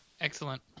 Excellent